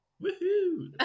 Woohoo